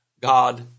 God